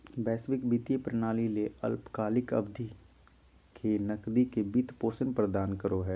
वैश्विक वित्तीय प्रणाली ले अल्पकालिक अवधि के नकदी के वित्त पोषण प्रदान करो हइ